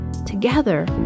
Together